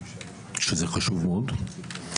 שזה חשוב מאוד.